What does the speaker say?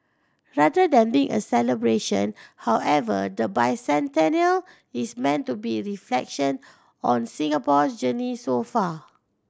rather than being a celebration however the bicentennial is meant to be the reflection on Singapore's journey so far